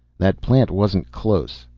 that plant wasn't close.